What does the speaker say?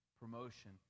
promotion